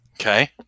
Okay